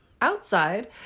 outside